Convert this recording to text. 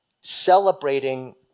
celebrating